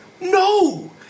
No